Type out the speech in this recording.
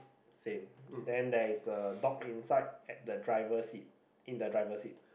same then there's a dog inside at the driver seat in the driver seat